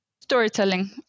Storytelling